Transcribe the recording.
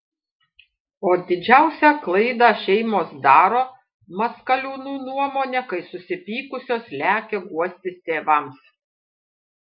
o didžiausią klaidą šeimos daro maskaliūnų nuomone kai susipykusios lekia guostis tėvams